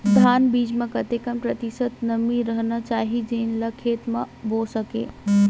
धान बीज म कतेक प्रतिशत नमी रहना चाही जेन ला खेत म बो सके?